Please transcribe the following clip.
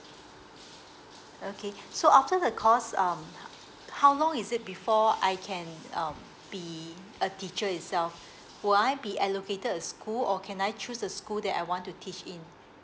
okay so after the course um how long is it before I can um be a teacher itself will I be allocated a school or can I choose the school that I want to teach in